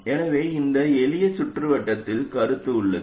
எனவே இந்த எளிய சுற்றுவட்டத்திலும் கருத்து உள்ளது